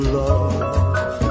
love